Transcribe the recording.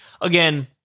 Again